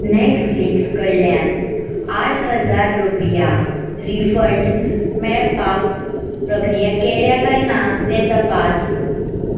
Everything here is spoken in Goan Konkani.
नॅटफ्लिक्स कडल्यान आठ हजार रुपया रिफंड मेळपाक प्रक्रिया केल्या कांय ना तें तपास